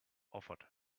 offered